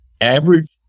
average